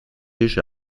tisch